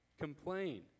complain